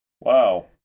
wow